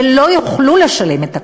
ולא יוכלו לשלם את הכול.